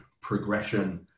progression